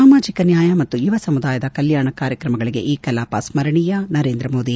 ಸಾಮಾಜಿಕ ನ್ಲಾಯ ಮತ್ತು ಯುವ ಸಮುದಾಯದ ಕಲ್ಲಾಣ ಕಾರ್ಯಕ್ರಮಗಳಿಗೆ ಈ ಕಲಾಪ ಸ್ಪರಣೀಯ ನರೇಂದ್ರ ಮೋದಿ